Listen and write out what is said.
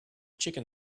chicken